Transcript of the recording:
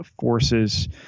forces